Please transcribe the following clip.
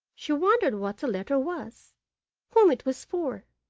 she wondered what the letter was whom it was for!